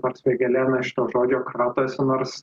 nors vėgėlė na šito žodžio kratosi nors